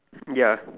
ya